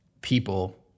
people